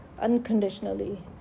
unconditionally